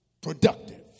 productive